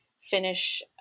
finish